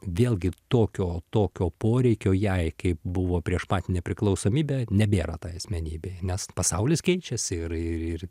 vėlgi tokio tokio poreikio jai kaip buvo prieš pat nepriklausomybę nebėra tai asmenybei nes pasaulis keičiasi ir ir ir